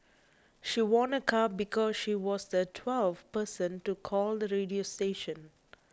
she won a car because she was the twelfth person to call the radio station